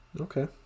Okay